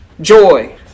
joy